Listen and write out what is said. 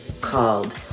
called